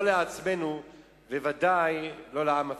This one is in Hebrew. לא לעצמנו וודאי לא לעם הפלסטיני.